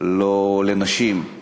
לא לנשים,